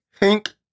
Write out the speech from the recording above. pink